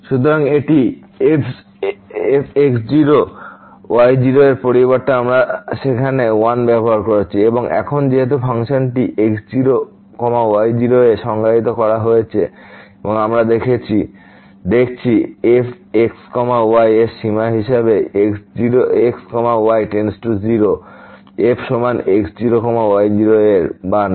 সুতরাং এটি f x0 y0 এর পরিবর্তে আমরা সেখানে 1 ব্যবহার করেছি এবং এখন যেহেতু ফাংশনটি x0 y0 এ সংজ্ঞায়িত করতে হয়েছে এবং আমরা দেখছি f x yএর সীমা হিসাবে x y→ 0 f সমান x0 y0 এর বা না